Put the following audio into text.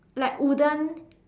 like wooden